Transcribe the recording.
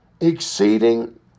exceeding